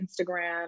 Instagram